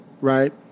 Right